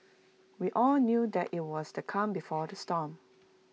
we all knew that IT was the calm before the storm